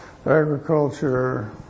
Agriculture